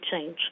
change